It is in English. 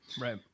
right